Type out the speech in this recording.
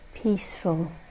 Peaceful